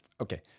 Okay